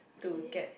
okay